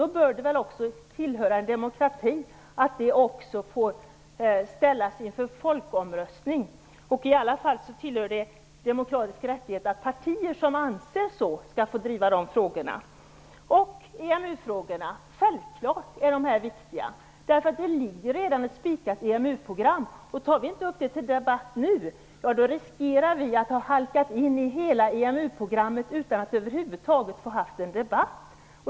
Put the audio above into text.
Det borde väl tillhöra demokratin att man ställer detta inför folkomröstning. Det tillhör i alla fall de demokratiska rättigheterna att partier som anser så skall få driva de frågorna. EMU-frågorna är själfallet viktiga. Det finns redan ett spikat EMU-program. Om vi inte tar upp detta till debatt nu riskerar vi att halka in i EMU-programmet utan att över huvud taget ha haft en debatt.